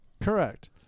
Correct